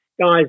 guys